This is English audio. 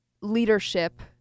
leadership